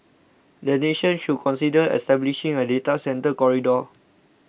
the nation should consider establishing a data centre corridor